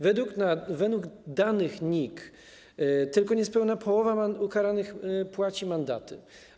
Według danych NIK tylko niespełna połowa ukaranych płaci mandaty.